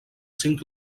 cinc